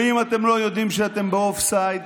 ואם אתם לא יודעים שאתם באופסייד